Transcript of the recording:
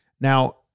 Now